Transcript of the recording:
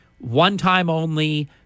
one-time-only